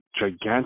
gigantic